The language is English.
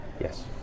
Yes